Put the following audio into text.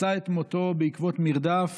מצא את מותו בעקבות מרדף